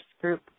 group